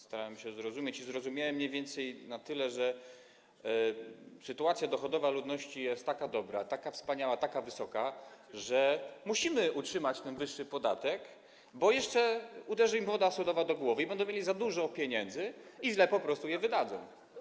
starałem się zrozumieć i zrozumiałem mniej więcej tyle, że sytuacja dochodowa ludzi jest taka dobra, taka wspaniała, wskaźniki są takie wysokie, że musimy utrzymać ten wyższy podatek, bo jeszcze uderzy im woda sodowa do głowy, będą mieli za dużo pieniędzy i po prostu źle je wydadzą.